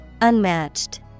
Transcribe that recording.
Unmatched